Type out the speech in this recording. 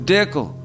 Dickel